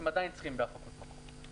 הם עדיין צריכים בהפקות מקור.